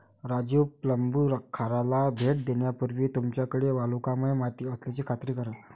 राजू प्लंबूखाराला भेट देण्यापूर्वी तुमच्याकडे वालुकामय माती असल्याची खात्री करा